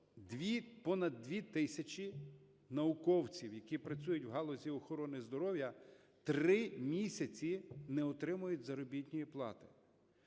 понад дві тисячі науковців, які працюють в галузі охорони здоров'я, три місяці не отримують заробітної плати.